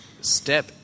step